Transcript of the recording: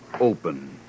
open